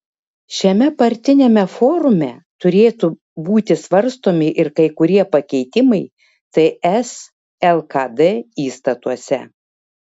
šiame partiniame forume turėtų būti svarstomi ir kai kurie pakeitimai ts lkd įstatuose